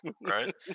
right